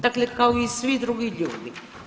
Dakle, kao i svi drugi ljudi.